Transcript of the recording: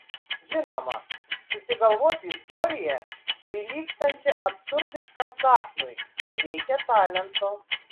žinoma susigalvoti istoriją prilygstančią absurdiškam sapnui reikia talento